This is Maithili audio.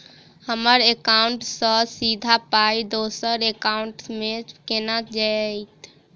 हम्मर एकाउन्ट सँ सीधा पाई दोसर एकाउंट मे केना जेतय?